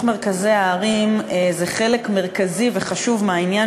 מרכזי הערים הוא חלק מרכזי וחשוב מהעניין,